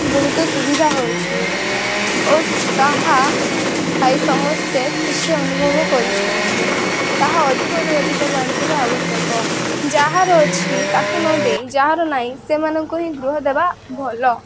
ବହୁତ ସୁବିଧା ହଉଛି ଓସ ତାହା ପାଇ ସମସ୍ତେ ଖୁସି ଅନୁଭବ କରୁଛନ୍ତି ତାହା ଅଧିକରୁ ଅଧିକ ବାଣ୍ଟିବା ଆବଶ୍ୟକ ଯାହାର ଅଛି ତାକୁ ନଦେଇ ଯାହାର ନାହିଁ ସେମାନଙ୍କୁ ହିଁ ଗୃହ ଦେବା ଭଲ